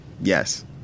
Yes